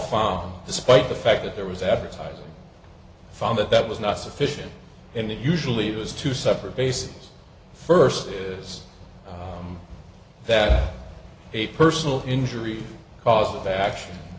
fall despite the fact that there was advertising found that that was not sufficient and it usually was two separate basis first is that a personal injury cause of action